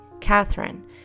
Catherine